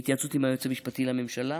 בהתייעצות עם היועץ המשפטי לממשלה,